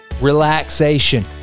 relaxation